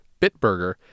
Bitburger